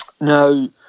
Now